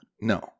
No